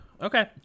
Okay